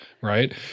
Right